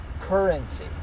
currency